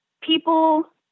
people